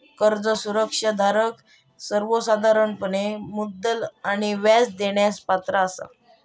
कर्ज सुरक्षा धारक सर्वोसाधारणपणे मुद्दल आणि व्याज देण्यास पात्र असता